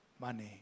money